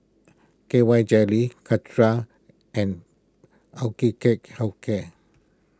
K Y Jelly Caltrate and Health Care